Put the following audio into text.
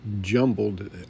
jumbled